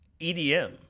EDM